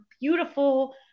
beautiful